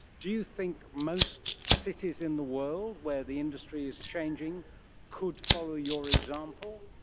do you think most cities in the world where the industry is changing could follow your example?